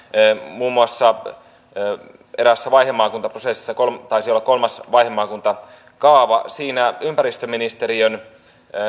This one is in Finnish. muun muassa eräässä vaihemaakuntakaavaprosessissa taisi olla kolmas vaihemaakuntakaava ympäristöministeriön